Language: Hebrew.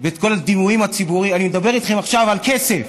אני מדבר איתכם עכשיו על כסף,